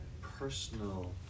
personal